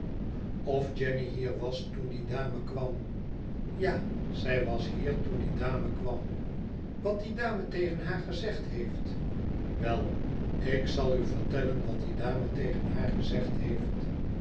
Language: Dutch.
of jenny hier was toen die dame kwam ja zij was hier toen die dame kwam wat die dame tegen haar gezegd heeft wel ik zal u vertellen wat die dame tegen haar gezegd heeft